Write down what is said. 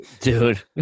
Dude